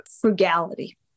frugality